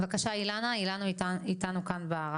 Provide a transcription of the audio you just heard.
אילנה איתנו כאן.